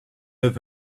have